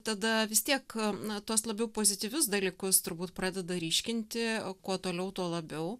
tada vis tiek na tuos labiau pozityvius dalykus turbūt pradeda ryškinti o kuo toliau tuo labiau